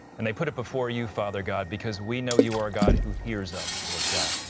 and they put it before you, father god, because we know you are a god who hears us, lord god.